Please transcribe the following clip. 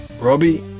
Robbie